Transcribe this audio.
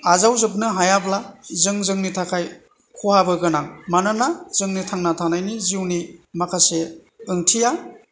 आजावजोबनो हायाब्ला जों जोंनि थाखाय खहाबो गोनां मानोना जोंनि थांना थानायनि जिउनि माखासे ओंथिया